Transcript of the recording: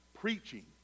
preaching